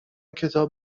کتاب